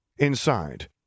Inside